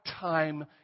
time